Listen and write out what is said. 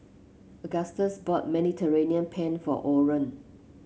Agustus bought Mediterranean Penne for Orren